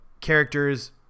characters